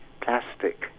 plastic